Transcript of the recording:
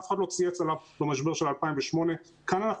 אף אחד לא צייץ על המשבר של 2008. כאן אנחנו